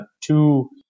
two